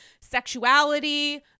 sexuality